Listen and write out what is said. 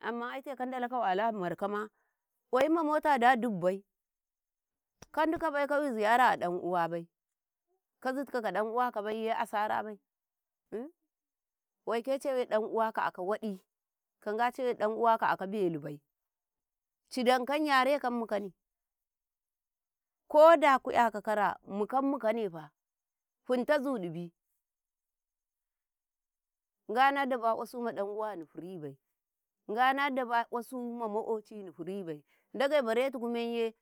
amma aite ka Ndalaka wala amarkama kwayin ma motama da dubbai ka dikabai ka“yu ziyara a ɗan uwabai ka zitkau ka ɗan uwaka ɗan uwaka akau waɗi ka Nga cawe ɗan uwaka aka belubai cidanka yareka mukane koda ku'yaka kara mukan mukanefa fintazu ɗibi Nga na daba ƙwasuma uwani firibai Ndage baretuku menye.